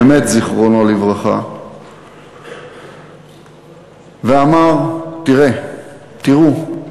באמת זיכרונו לברכה, ואמר: תראו,